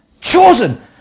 chosen